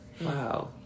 Wow